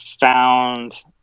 found